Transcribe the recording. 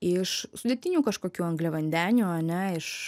iš sudėtinių kažkokių angliavandenių o ne iš